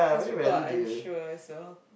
cause people are unsure so